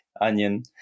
onion